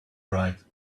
right